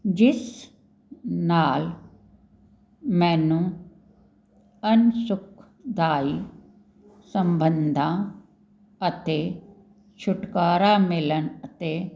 ਜਿਸ ਨਾਲ ਮੈਨੂੰ ਅਣਸੁੱਖਦਾਈ ਸੰਬੰਧਾਂ ਅਤੇ ਛੁਟਕਾਰਾ ਮਿਲਣ ਅਤੇ